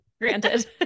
granted